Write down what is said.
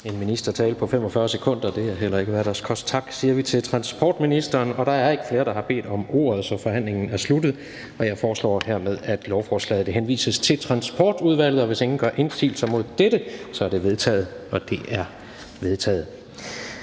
En ministertale på 45 sekunder er heller ikke hverdagskost. Tak, siger vi til transportministeren. Der er ikke flere, der har bedt om ordet, så forhandlingen er sluttet. Jeg foreslår hermed, at lovforslaget henvises til Transportudvalget. Hvis ingen gør indsigelse mod dette, er det vedtaget. Det er vedtaget.